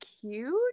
cute